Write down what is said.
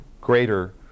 greater